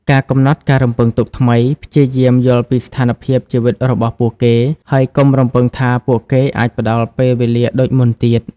កំណត់ការរំពឹងទុកថ្មី ព្យាយាមយល់ពីស្ថានភាពជីវិតរបស់ពួកគេ ហើយកុំរំពឹងថាពួកគេអាចផ្តល់ពេលវេលាដូចមុនទៀត។